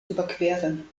überqueren